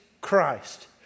Christ